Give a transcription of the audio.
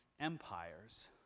empires